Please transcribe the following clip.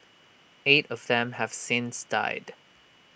eight of them have since died